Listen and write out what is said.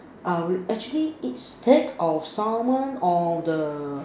I will actually eat steak or Salmon or the